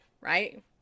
Right